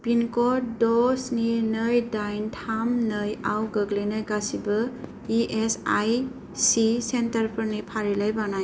पिनक'ड द' स्नि नै दाइन थाम नै आव गोग्लैनाय गासिबो इ एस आइ सि सेन्टारफोरनि फारिलाइ बानाय